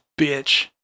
bitch